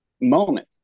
moment